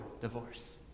divorce